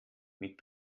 mit